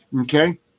Okay